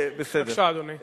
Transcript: בבקשה, אדוני.